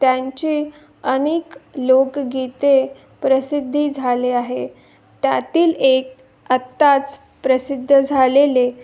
त्यांची अनेक लोकगीते प्रसिद्धी झाले आहे त्यातील एक आत्ताच प्रसिद्ध झालेले